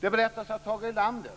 Det berättas att Tage Erlander